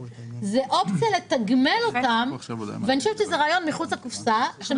זאת אופציה לתגמל אותם ואני חושבת שזה רעיון מחוץ לקופסה.